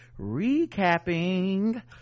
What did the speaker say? recapping